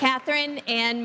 catherine and